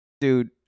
dude